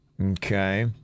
Okay